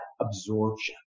absorption